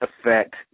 affect